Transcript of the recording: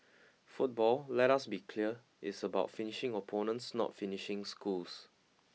football let us be clear is about finishing opponents not finishing schools